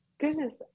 Goodness